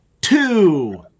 two